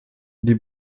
die